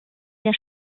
der